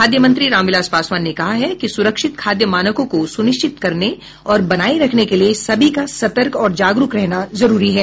खाद्य मंत्री रामविलास पासवान ने कहा है कि सुरक्षित खाद्य मानकों को सुनिश्चित करने और बनाए रखने के लिए सभी का सतर्क और जागरूक रहना जरूरी है